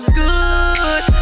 good